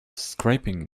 scraping